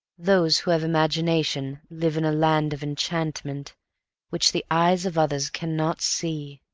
those who have imagination live in a land of enchantment which the eyes of others cannot see.